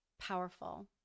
powerful